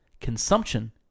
consumption